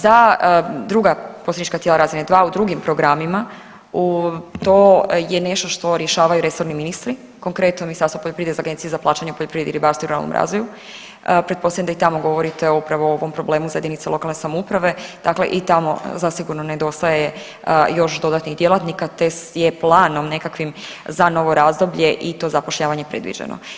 Za druga posrednička tijela razine 2 u drugim programima, u to je nešto što rješavaju resorni ministri, konkretno, Ministarstvo poljoprivrede za Agenciju za plaćanje u poljoprivredi, ribarstvu i ruralnom razvoju, pretpostavljam da i tamo govorite upravo o ovom problemu za jedinice lokalne samouprave dakle i tamo zasigurno nedostaje još dodatnih djelatnika te je planom nekakvim za novo razdoblje i to zapošljavanje predviđeno.